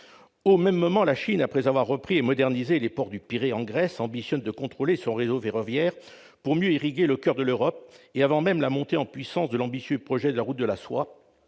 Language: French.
Pendant ce temps, après avoir repris et modernisé les ports du Pirée, en Grèce, la Chine ambitionne de contrôler le réseau ferroviaire de ce pays pour mieux irriguer le coeur de l'Europe, et, avant même la montée en puissance de l'ambitieux projet de la route de la soie,